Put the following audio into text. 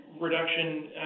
Reduction